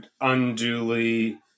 unduly